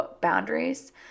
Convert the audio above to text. boundaries